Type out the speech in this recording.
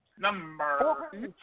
Number